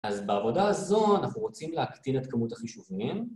אז בעבודה הזו אנחנו רוצים להקטין את כמות החישובים